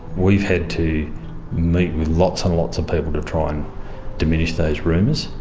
we've had to meet with lots and lots of people to try and diminish those rumours.